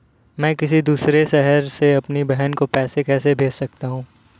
मैं किसी दूसरे शहर से अपनी बहन को पैसे कैसे भेज सकता हूँ?